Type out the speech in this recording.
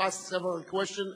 who ask several questions.